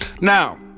Now